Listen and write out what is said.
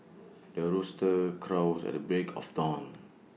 the rooster crows at the break of dawn